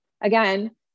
Again